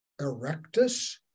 erectus